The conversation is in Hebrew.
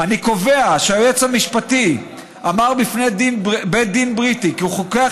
אני קובע שהיועץ המשפטי אמר בפני בית דין בריטי כי חוקי